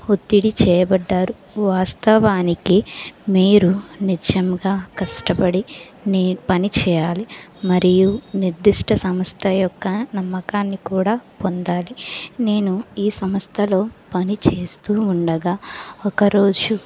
ఒత్తిడి చేయబడ్డారు వాస్తవానికి మీరు నిజంగా కష్టపడి నీ పని చేయాలి మరియు నిర్దిష్ట సమస్థ యొక్క నమ్మకాన్ని కూడా పొందాలి నేను ఈ సంస్థలో పనిచేస్తూ ఉండగా ఒక రోజు